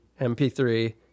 MP3